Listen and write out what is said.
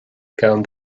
gabhaim